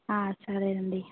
సరే అండి